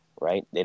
right